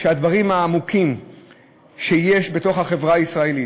שהדברים העמוקים שיש בתוך החברה הישראלית,